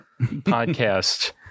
podcast